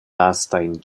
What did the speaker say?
lastajn